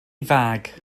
fag